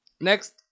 next